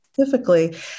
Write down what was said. Specifically